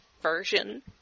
version